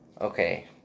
Okay